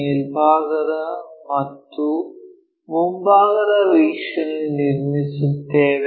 ಮೇಲ್ಭಾಗದ ಮತ್ತು ಮುಂಭಾಗದ ವೀಕ್ಷಣೆಗಳನ್ನು ನಿರ್ಮಿಸುತ್ತೇವೆ